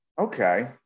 Okay